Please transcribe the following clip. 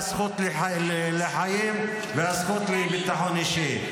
הזכות לחיים והזכות לביטחון אישי.